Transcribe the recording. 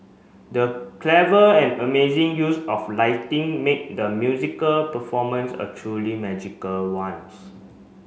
the clever and amazing use of lighting made the musical performance a truly magical ones